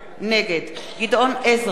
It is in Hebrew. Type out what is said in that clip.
נגד גדעון עזרא,